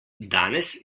danes